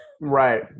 Right